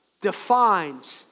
defines